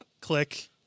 Click